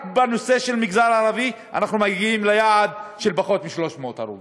רק בנושא של המגזר הערבי אנחנו מגיעים ליעד של פחות מ-300 הרוגים.